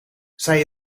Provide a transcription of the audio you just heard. zij